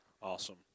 Awesome